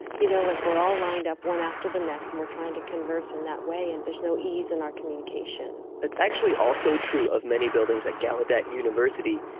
you know? like we're all lined up one after the next and we're trying to converse in that way and there's no ease in our communication it's actually also true that many buildings at gallaudet university,